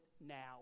now